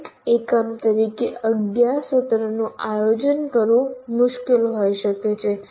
એક એકમ તરીકે 11 સત્રોનું આયોજન કરવું મુશ્કેલ હોઈ શકે છે